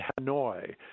Hanoi